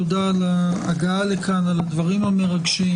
תודה על ההגעה לכאן,